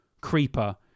creeper